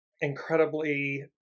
incredibly